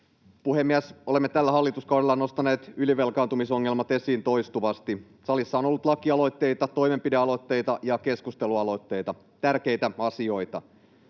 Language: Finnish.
Puhemies! Olemme tällä hallituskaudella nostaneet ylivelkaantumisongelmat esiin toistuvasti. Salissa on ollut lakialoitteita, toimenpidealoitteita ja keskustelualoitteita — tärkeitä asioita.